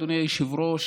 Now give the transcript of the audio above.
אדוני היושב-ראש,